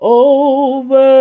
over